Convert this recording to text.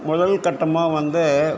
முதல் கட்டமாக வந்து